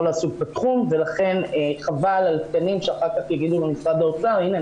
לעסוק בתחום ולכן חבל על התקנים שאחר כך יגידו במשרד האוצר: הנה,